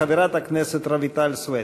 חברת הכנסת רויטל סויד.